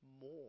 more